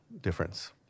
difference